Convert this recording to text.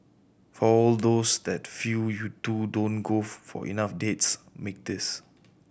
for all those that feel you two don't golf for enough dates make this